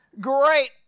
great